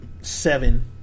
seven